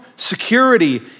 Security